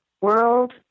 world